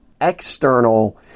external